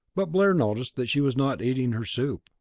but blair noticed that she was not eating her soup.